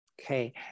Okay